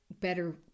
better